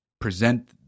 present